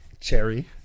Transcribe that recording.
Cherry